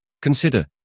Consider